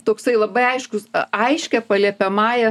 toksai labai aiškus aiškia paliepiamąja